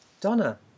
Donna